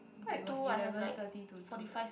thought it was eleven thirty to two thirty